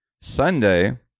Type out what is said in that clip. Sunday